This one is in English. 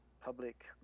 public